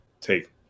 take